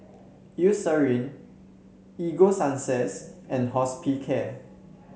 Eucerin Ego Sunsense and Hospicare